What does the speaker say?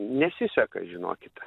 nesiseka žinokit